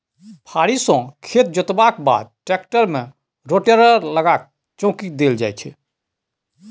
फारी सँ खेत जोतलाक बाद टेक्टर मे रोटेटर लगा चौकी देल जाइ छै